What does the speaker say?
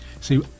See